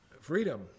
Freedom